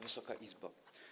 Wysoka Izbo!